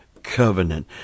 Covenant